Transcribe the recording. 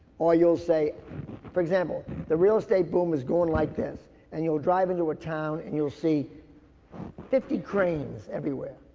or you'll say for example, the real estate boom is going like this and you'll drive into a town and you'll see fifty cranes everywhere.